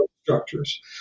structures